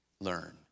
learn